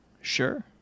Sure